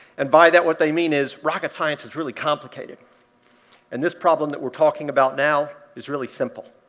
and by that, what they mean is rocket science is really complicated and this problem that we're talking about now is really simple.